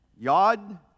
Yod